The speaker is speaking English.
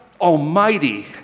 Almighty